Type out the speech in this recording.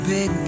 Big